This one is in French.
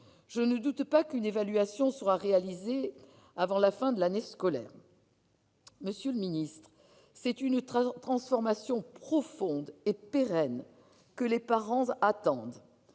Je ne doute pas qu'une évaluation sera réalisée avant la fin de l'année scolaire. Monsieur le secrétaire d'État, c'est une transformation profonde et pérenne que les parents attendent.